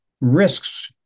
risks